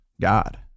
God